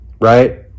right